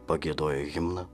pagiedoję himną